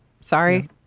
sorry